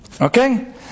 Okay